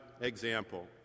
example